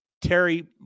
Terry